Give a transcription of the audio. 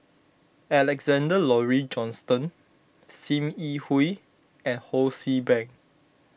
Alexander Laurie Johnston Sim Yi Hui and Ho See Beng